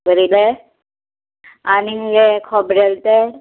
बरेलें आनी हें खोबरेल ते